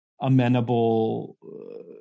amenable